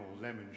lemon